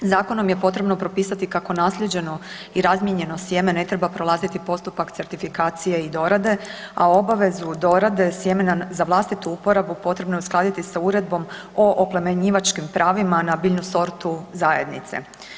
Zakonom je potrebno propisati kako naslijeđeno i razmijenjeno sjemene ne treba prolaziti postupak certifikacije i dorade, a obavezu dorade sjemena za vlastitu uporabu potrebno je uskladiti sa Uredbom o oplemenjivačkim pravima na biljnu sortu zajednice.